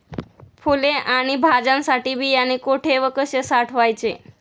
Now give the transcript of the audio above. फुले आणि भाज्यांसाठी बियाणे कुठे व कसे साठवायचे?